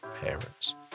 parents